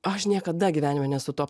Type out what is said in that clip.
aš niekada gyvenime nesu to